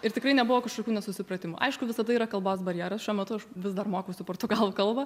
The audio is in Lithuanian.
ir tikrai nebuvo kažkokių nesusipratimų aišku visada yra kalbos barjeras šiuo metu aš vis dar mokausi portugalų kalbą